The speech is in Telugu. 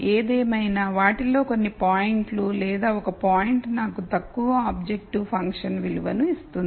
ఏదేమైనా వాటిలో కొన్ని పాయింట్లు లేదా ఒక పాయింట్ నాకు తక్కువ ఆబ్జెక్టివ్ ఫంక్షన్ విలువను ఇస్తుంది